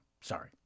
sorry